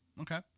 Okay